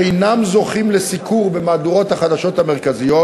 שאינם זוכים לסיקור במהדורות החדשות המרכזיות,